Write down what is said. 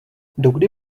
dokdy